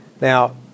Now